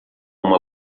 uma